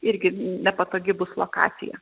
irgi nepatogi bus lokacija